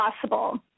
possible